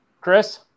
Chris